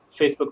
Facebook